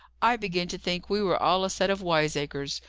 i begin to think we were all a set of wiseacres.